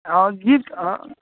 gift